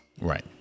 Right